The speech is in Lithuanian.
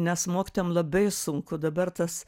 nes mokytojam labai sunku dabar tas